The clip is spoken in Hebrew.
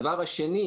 הדבר השני,